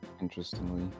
Interestingly